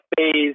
phase